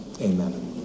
Amen